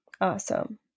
Awesome